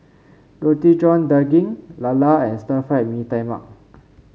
Roti John Daging lala and Stir Fried Mee Tai Mak